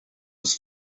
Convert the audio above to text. was